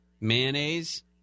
mayonnaise